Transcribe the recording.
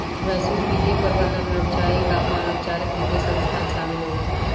वैश्विक वित्तीय प्रबंधन में औपचारिक आ अनौपचारिक वित्तीय संस्थान शामिल होला